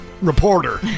reporter